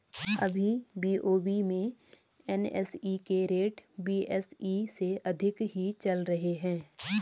अभी बी.ओ.बी में एन.एस.ई के रेट बी.एस.ई से अधिक ही चल रहे हैं